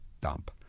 dump